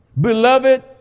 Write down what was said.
Beloved